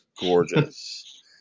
gorgeous